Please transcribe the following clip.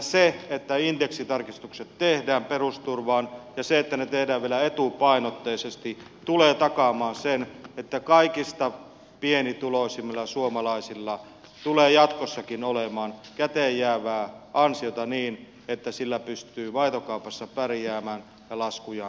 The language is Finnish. se että indeksitarkistukset tehdään perusturvaan ja se että ne tehdään vielä etupainotteisesti tulee takaamaan sen että kaikista pienituloisimmilla suomalaisilla tulee jatkossakin olemaan käteen jäävää ansiota niin että sillä pystyy maitokaupassa pärjäämään ja laskujaan maksamaan